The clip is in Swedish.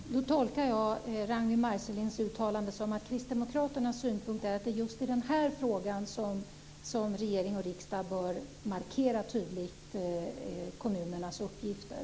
Fru talman! Då tolkar jag Ragnwi Marcelinds uttalande som att Kristdemokraternas synpunkt är att det är just i den här frågan som regering och riksdag bör tydligt markera kommunernas uppgifter.